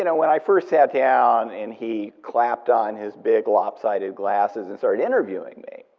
you know when i first sat down and he clapped on his big, lopsided glasses and started interviewing me.